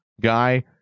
guy